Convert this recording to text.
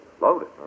Loaded